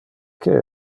que